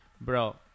Bro